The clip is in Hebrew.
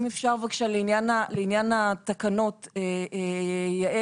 אם אפשר בבקשה לעניין התקנות, יעל.